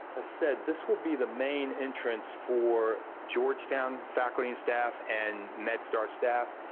i said, this will be the main entrance for georgetown faculty and staff, and medstar staff.